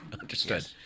understood